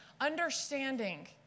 understanding